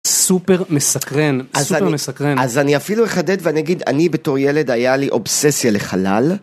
סופר מסקרן, סופר מסקרן. אז אני אפילו אחדד ואני אגיד, אני בתור ילד היה לי אובססיה לחלל.